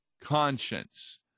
conscience